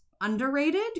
underrated